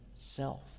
self